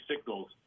signals